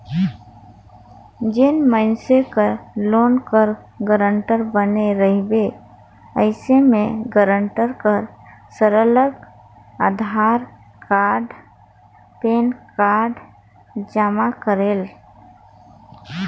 जेन मइनसे कर लोन कर गारंटर बने रहिबे अइसे में गारंटर कर सरलग अधार कारड, पेन कारड जमा रहेल